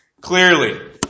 Clearly